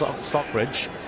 Stockbridge